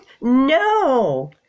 No